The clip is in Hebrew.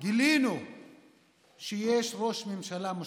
גילינו שיש ראש ממשלה מושחת,